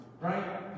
Right